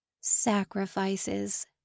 Sacrifices